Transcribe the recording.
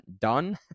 done